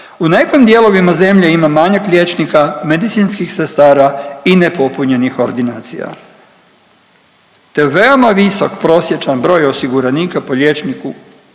u nekim dijelovima zemlje ima manjak liječnika, medicinskih sestara i nepopunjenih ordinacija te veoma visok prosječan broj osiguranika po liječniku